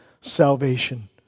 salvation